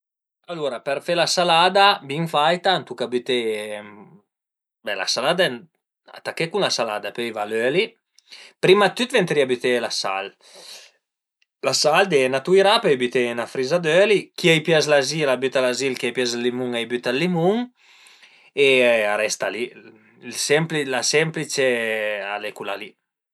Alura për fe la salada bin faita a tuca büté, be la salada, taché cun la salada, pöi a i va l'öli, prima dë tüt vëntarìa büteie la sal, la sal, deie 'na tuirà, pöi büté 'na friza d'öli, chi a i pias l'azil a büta l'azil, chi a i pias ël limun, a büta êl limun e a resta li, ël semplice la semplice al e cula li